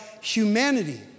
humanity